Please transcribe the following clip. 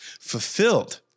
fulfilled